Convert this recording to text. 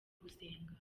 gusenga